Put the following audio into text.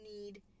need